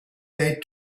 date